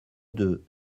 deux